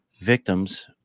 victims